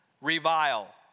revile